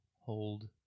hold